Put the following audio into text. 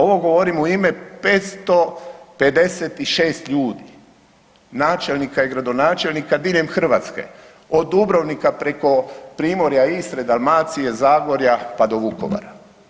Ovo govorim u ime 556 ljudi, načelnika i gradonačelnika diljem Hrvatske, od Dubrovnika preko Primorja, Istre, Dalmacije, Zagorja pa do Vukovara.